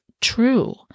true